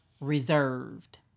reserved